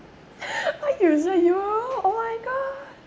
why you so yo~ oh my god